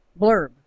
blurb